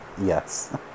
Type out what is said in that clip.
Yes